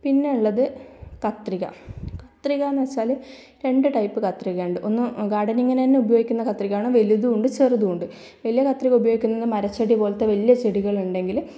പിന്നെ ഉള്ളത് കത്രിക കത്രിക എന്ന് വച്ചാൽ രണ്ട് ടൈപ്പ് കത്രിക ഉണ്ട് ഒന്ന് ഗാർഡനിങ്ങിന് തന്നെ ഉപയോഗിക്കുന്ന കത്രികയാണ് വലുതുണ്ട് ചെറുതുണ്ട് വലിയ കത്രിക ഉപയോഗിക്കുന്നത് മരച്ചെടി പോലത്തെ വലിയ ചെടികൾ ഉണ്ടെങ്കിൽ